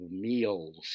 meals